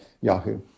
Yahoo